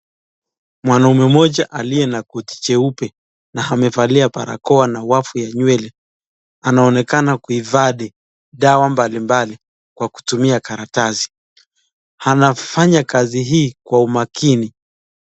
Mwanaume moja aliye na koti jeupe na amevalia barakoa na wavu ya nywele, anaonekana kuhifadhi dawa mbali mbali kwa kutumia karatasi, anafanya kazi hii kwa umakini.